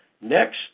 Next